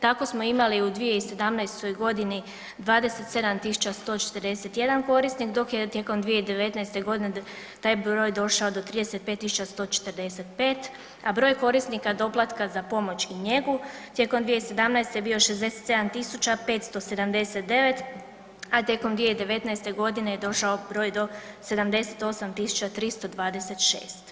Tako smo imali u 2017.g. 27.141 korisnik dok je tijekom 2019.g. taj broj došao do 35.145, a broj korisnika doplatka za pomoć i njegu tijekom 2017. je bio 67.579, a tijekom 2019.g. je došao broj do 78.326.